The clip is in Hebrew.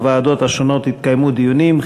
בוועדות השונות התקיימו דיונים,